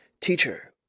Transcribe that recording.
Teacher